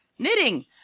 Knitting